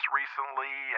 recently